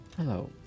Hello